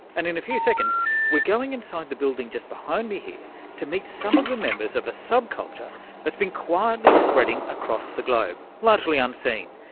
and in a few seconds we're going inside the building just behind me here to meet some of the members of a sub-culture that's been quietly spreading across the globe, largely unseen.